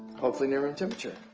hopefully, near room temperature.